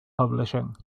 publishing